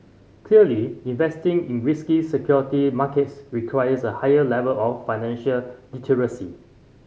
clearly investing in risky security markets requires a higher level of financial literacy